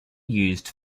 used